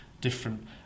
different